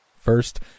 first